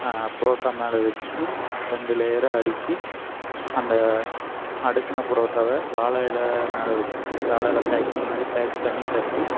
பரோட்டா மேலே வச்சு ரெண்டு லேயராக அடுக்கி அந்த அடுக்கின பரோட்டாவ வாழை இலை மேலே வச்சு வாழை இலை பேக்கிங்மாதிரி பேக் பண்ணி கட்டி